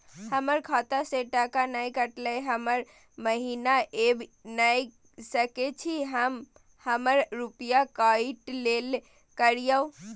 हमर खाता से टका नय कटलै हर महीना ऐब नय सकै छी हम हमर रुपिया काइट लेल करियौ?